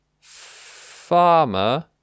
farmer